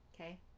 okay